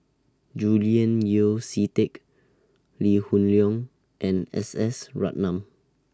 Julian Yeo See Teck Lee Hoon Leong and S S Ratnam